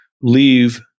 leave